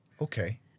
Okay